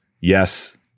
yes